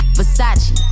Versace